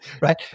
right